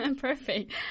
Perfect